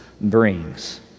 brings